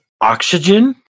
oxygen